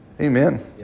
Amen